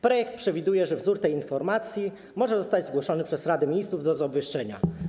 Projekt przewiduje, że wzór tej informacji może zostać ogłoszony przez Radę Ministrów w drodze obwieszczenia”